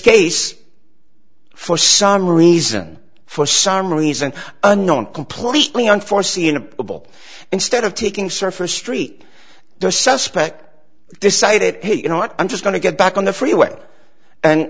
case for some reason for some reason unknown completely unforeseeable instead of taking surface street the suspect decided hey you know what i'm just going to get back on the freeway and